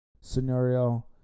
scenario